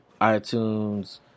iTunes